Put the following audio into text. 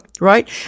right